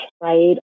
right